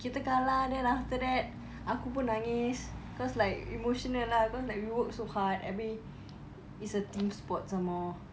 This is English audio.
kita kalah then after that aku pun nangis cause like emotional lah we work so hard abeh it's a team sport some more